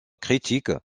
critiques